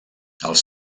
els